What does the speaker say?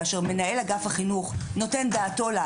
כאשר מנהל אגף החינוך נותן דעתו לה,